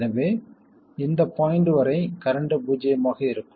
எனவே இந்த பாய்ண்ட் வரை கரண்ட் பூஜ்ஜியமாக இருக்கும்